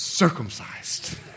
circumcised